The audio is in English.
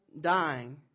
dying